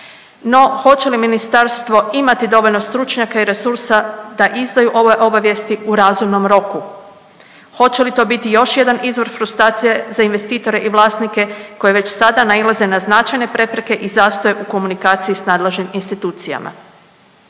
No, hoće li ministarstvo imati dovoljno stručnjaka i resursa da izdaju ove obavijesti u razumnom roku? Hoće li to biti još izvor frustracije za investitore i vlasnike koji već sada nailaze na značajne prepreke i zastoj u komunikaciji s nadležnim institucijama.